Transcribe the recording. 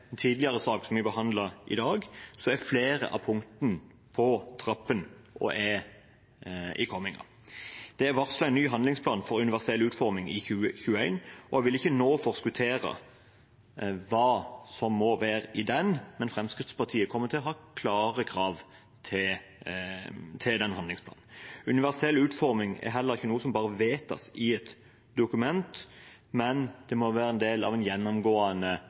sak som vi behandlet tidligere i dag, er flere av punktene på trappene og er i kommingen. Det er varslet en ny handlingsplan for universell utforming i 2021, og jeg vil ikke nå forskuttere hva som må være i den, men Fremskrittspartiet kommer til å ha klare krav til den handlingsplanen. Universell utforming er heller ikke noe som bare vedtas i et dokument, men det må være en del av et gjennomgående